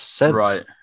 right